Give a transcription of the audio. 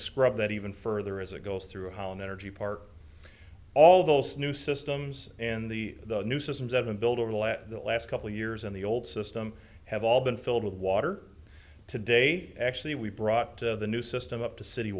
scrub that even further as it goes through hollin energy park all those new systems and the new systems have and build over the last the last couple years in the old system have all been filled with water today actually we brought to the new system up to city